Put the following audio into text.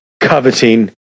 coveting